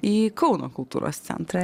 į kauno kultūros centrą